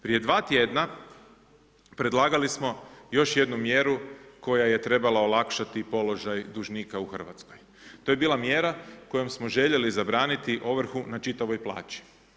Prije dva tjedna predlagali smo još jednu mjeru koja je trebala olakšati položaj dužnika u Hrvatskoj. to je bila mjera kojom smo željeli zabraniti ovrhu na čitavoj plaći.